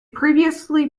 previously